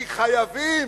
כי חייבים,